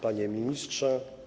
Panie Ministrze!